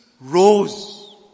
rose